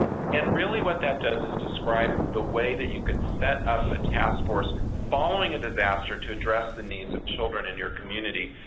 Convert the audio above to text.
and really what that does is describe the way that you could setup a task force following a disaster to address the needs of children in your community.